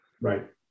Right